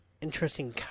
interesting